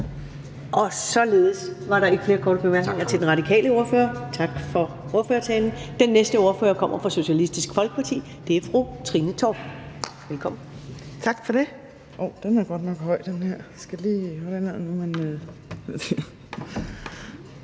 Således var der ikke flere korte bemærkninger til den radikale ordfører, tak for ordførertalen. Den næste ordfører kommer fra Socialistisk Folkeparti. Det er fru Trine Torp. Velkommen. Kl. 14:53 (Ordfører) Trine